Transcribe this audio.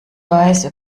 weiß